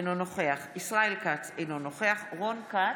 אינו נוכח ישראל כץ, אינו נוכח רון כץ,